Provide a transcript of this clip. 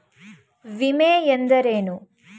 ವಿಮೆ ಎಂದರೇನು?